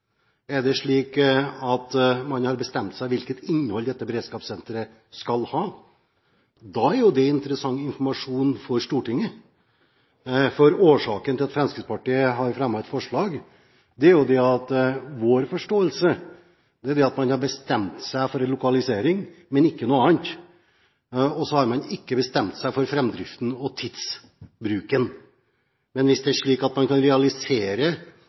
Er det slik at man har bestemt seg for hvilket innhold dette beredskapssenteret skal ha? Da er jo det interessant informasjon for Stortinget. Årsaken til at Fremskrittspartiet har fremmet et forslag, er at vår forståelse er at man har bestemt seg for lokalisering, men ikke noe annet. Man har ikke bestemt seg for framdriften og tidsbruken. Hvis det er slik at man kan realisere